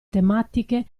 tematiche